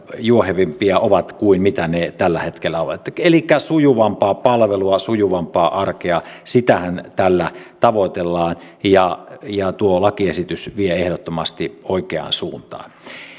juohevampia kuin mitä ne tällä hetkellä ovat elikkä sujuvampaa palvelua sujuvampaa arkea tällä tavoitellaan ja ja tuo lakiesitys vie ehdottomasti oikeaan suuntaan